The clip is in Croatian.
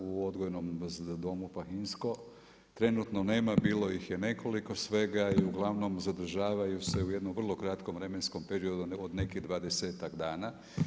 U odgojnom domu Pahinsko trenutno nema, bilo ih je nekoliko svega i uglavnom zadržavaju se u jednom vrlo kratkom vremenskom periodu od nekih 20-tak dana.